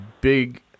big